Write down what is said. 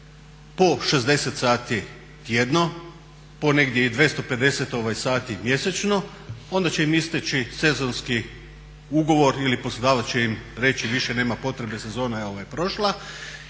po 60 sati tjedno po negdje i 250 sati mjesečno, onda će im isteći sezonski ugovor ili poslodavac će im reći više nema potrebe, sezona je prošla